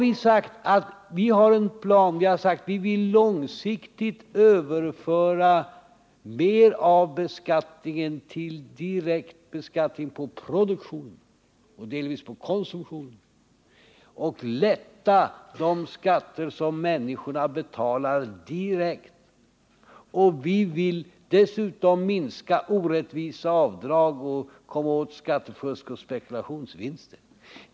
Vi har en plan som går ut på att långsiktigt överföra mer av beskattningen till direkt beskattning på produktion och delvis på konsumtion samt lätta på de skatter som människorna betalar direkt. Dessutom vill vi minska de orättvisa avdragen, komma åt skattefusk och spekulationsvinster.